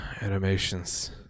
animations